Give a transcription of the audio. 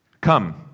Come